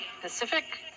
Pacific